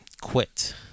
quit